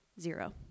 Zero